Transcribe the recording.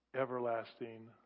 everlasting